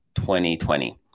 2020